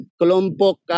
kelompok